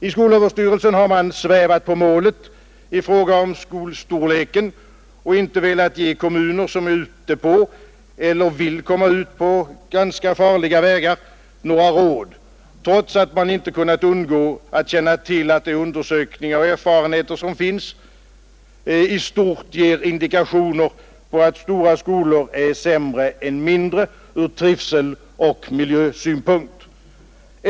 I skolöverstyrelsen har man svävat på målet i fråga om skolstorleken och inte velat ge kommuner som är ute på eller vill ut på ganska farliga vägar några råd, trots att man inte kunnat undgå att känna till att de undersökningar och erfarenheter som finns i stort ger indikationer på att stora skolor är sämre än mindre ur trivseloch miljösynpunkt.